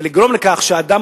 ולגרום לכך שהאדם,